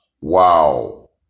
wow